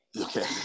Okay